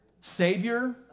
Savior